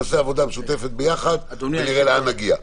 נעשה עבודה משותפת ביחד ונראה לאן נגיע.